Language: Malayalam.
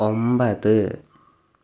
ഒമ്പത്